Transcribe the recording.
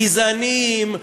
גזעניים,